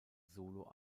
solo